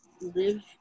live